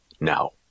Now